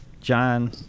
John